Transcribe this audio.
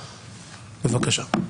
בבקשה.